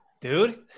Dude